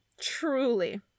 truly